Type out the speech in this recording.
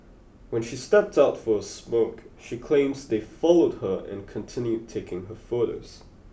when she stepped out for a smoke she claims they followed her and continued taking her photos